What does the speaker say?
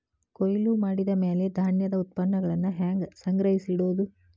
ಕೊಯ್ಲು ಮಾಡಿದ ಮ್ಯಾಲೆ ಧಾನ್ಯದ ಉತ್ಪನ್ನಗಳನ್ನ ಹ್ಯಾಂಗ್ ಸಂಗ್ರಹಿಸಿಡೋದು?